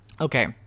Okay